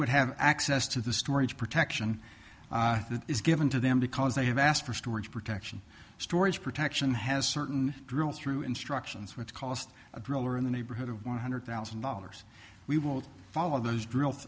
would have access to the storage protection that is given to them because they have asked for storage protection storage protection has certain drills through instructions which cost a dollar in the neighborhood of one hundred thousand dollars we will follow those drill